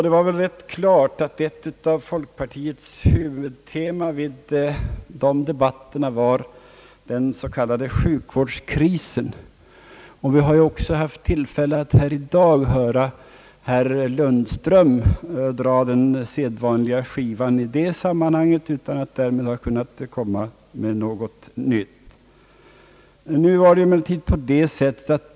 Det framstod rätt klart att ett av folkpartiets huvudteman vid dessa debatter var den s.k. sjukvårdskrisen. Allmänpolitisk debatt Vi har också haft tillfälle att i dag höra herr Lundström dra den sedvanliga skivan i detta sammanhang utan att därmed kunna komma med något nytt.